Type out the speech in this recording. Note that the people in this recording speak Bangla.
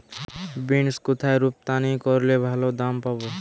বিন্স কোথায় রপ্তানি করলে ভালো দাম পাব?